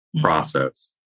process